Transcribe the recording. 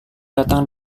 datang